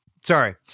Sorry